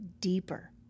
deeper